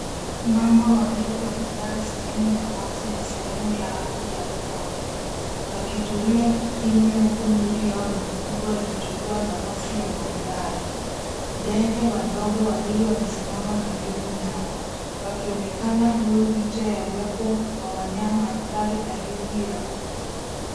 Mamba wawili wamelala sehemu ya maji na sehemu ya ardhi na matope wakitulia kimnya huku miili yao mikubwa ikichukua nafasi ya mandhari. Ndege wadogo wawili wamesimama karibu nao wakionekana huru licha ya uwepo wa wanyama hatari karibu yao.